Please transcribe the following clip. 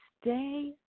stay